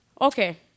okay